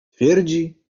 twierdzi